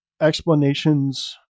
explanations